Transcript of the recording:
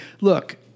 look